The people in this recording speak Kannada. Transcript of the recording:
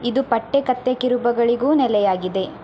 ಇದು ಪಟ್ಟೆ ಕತ್ತೆ ಕಿರುಬಗಳಿಗೂ ನೆಲೆಯಾಗಿದೆ